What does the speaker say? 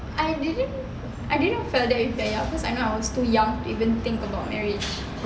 I didn't I didn't felt that cause I know I was too young even think about marriage